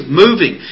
moving